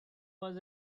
was